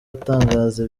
atangaza